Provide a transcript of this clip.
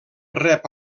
rep